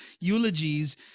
eulogies